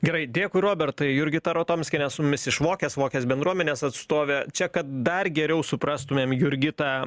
gerai dėkui robertai jurgita rotomskienė su mumis iš vokės vokės bendruomenės atstovė čia kad dar geriau suprastumėm jurgitą